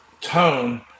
tone